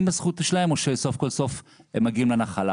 בזכויות שלהם או שסוף סוף הם מגיעים לנחלה.